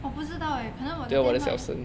我不知道 eh 可能我的电话